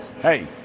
hey